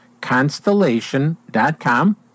constellation.com